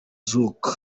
zouk